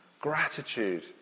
Gratitude